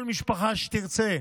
כל משפחה שתרצה,